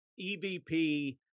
EVP